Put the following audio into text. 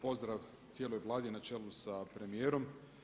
Pozdrav cijeloj Vladi na čelu sa premijerom.